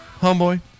Homeboy